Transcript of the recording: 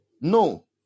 no